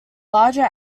larger